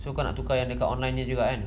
so kau nak tukar yang dekat online dia juga kan